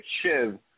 Shiv